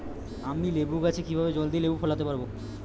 আমি লেবু গাছে কিভাবে জলদি লেবু ফলাতে পরাবো?